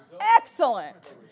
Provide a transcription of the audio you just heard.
excellent